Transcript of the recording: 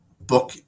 book